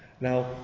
Now